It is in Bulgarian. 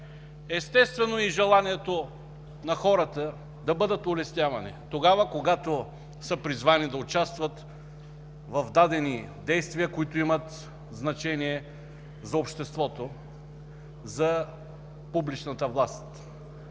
Естествено е и желанието на хората да бъдат улеснявани тогава, когато са призвани да участват в дадени действия, които имат значение за обществото, за публичната власт.